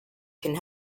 can